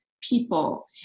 people